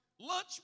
lunch